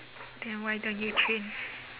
then why don't you change